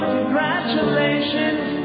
Congratulations